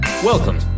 Welcome